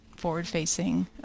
forward-facing